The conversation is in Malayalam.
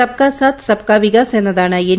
സബ് കാ സാത്ത് സബ് കാ വികാസ് എന്നതാണ് എൻ